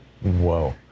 whoa